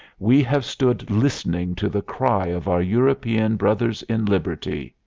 we have stood listening to the cry of our european brothers-in-liberty.